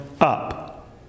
up